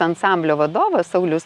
ansamblio vadovas saulius